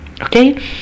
Okay